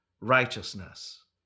righteousness